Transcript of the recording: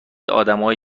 ادمای